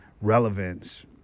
relevance